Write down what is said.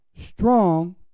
strong